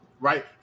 right